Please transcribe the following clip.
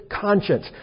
conscience